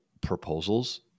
proposals